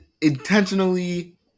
intentionally